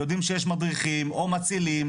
ויודעים שיש מדריכים או מצילים,